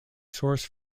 source